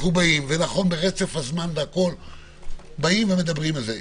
מדברים על זה.